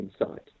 inside